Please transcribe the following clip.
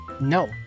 No